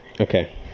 okay